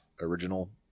original